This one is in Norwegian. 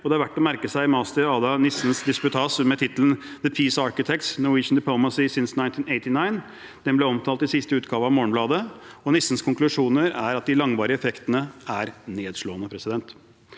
det er verdt å merke seg master Ada Nissens disputas med tittelen The Peace Architects. Norwegian Peace Diplomacy since 1989. Den ble omtalt i siste utgave av Morgenbladet, og Nissens konklusjoner er at de langvarige effektene er nedslående. Radikal